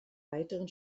weiteren